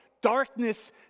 Darkness